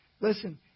Listen